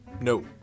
No